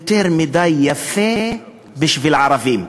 יותר מדי יפה בשביל ערבים.